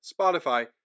Spotify